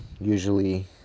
usually